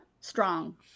Strong